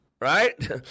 Right